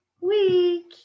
week